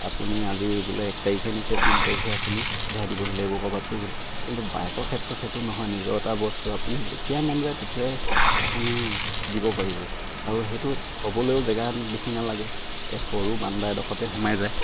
আপুনি আজি বোলে এক তাৰিখে নিছে তিন তাৰিখে আপুনি ঘূৰাই দিবহি লাগিব ক'ৰবাত ফুৰিবলে কিন্তু বাইকৰ ক্ষেত্ৰত সেইটো নহয় নিজৰ এটা বস্তু আপুনি যেতিয়াই মন যায় তেতিয়াই আপুনি দিব পাৰিব আৰু সেইটো থ'বলৈও জেগাত বেছি নালাগে এই সৰু বান্দা এডোখতে সোমাই যায়